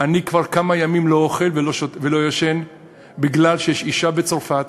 אני כבר כמה ימים לא אוכל ולא ישן בגלל שיש אישה בצרפת